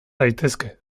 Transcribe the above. daitezke